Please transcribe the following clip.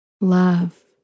love